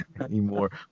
anymore